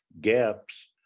gaps